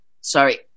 sorry